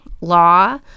law